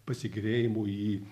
pasigėrėjimu į